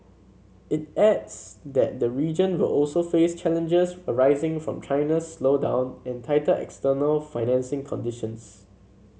it adds that the region will also face challenges arising from China's slowdown and tighter external financing conditions